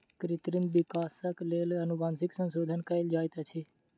कृत्रिम विकासक लेल अनुवांशिक संशोधन कयल जाइत अछि